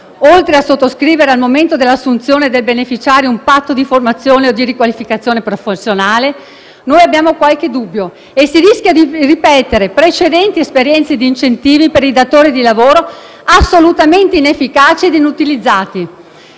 oltre a sottoscrivere al momento dell'assunzione del beneficiario un patto di formazione o di riqualificazione professionale? Noi abbiamo qualche dubbio e si rischia di ripetere precedenti esperienze di incentivi per i datori di lavoro assolutamente inefficaci e inutilizzate.